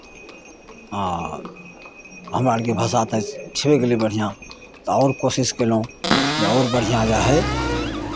आ हमरा आरके भाषा तऽ छेबै कयलै बढ़िआँ तऽ आओर कोशिश कयलहुँ जे आओर बढ़िआँ रहै